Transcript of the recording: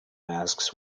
masks